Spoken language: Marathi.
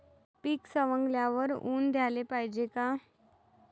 पीक सवंगल्यावर ऊन द्याले पायजे का?